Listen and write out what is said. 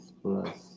plus